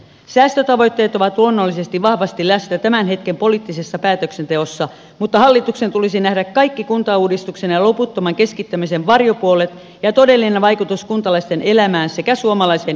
säästötavoitteet ovat luonnollisesti vahvasti läsnä tämän hetken poliittisessa päätöksenteossa mutta hallituksen tulisi nähdä kaikki kuntauudistuksen ja loputtoman keskittämisen varjopuolet ja todellinen vaikutus kuntalaisten elämään sekä suomalaisten identiteettiin